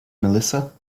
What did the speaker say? melissa